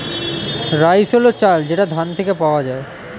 rice হল চাল যেটা ধান থেকে পাওয়া যায়